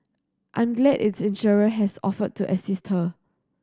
I'm glad its insurer has offered to assist her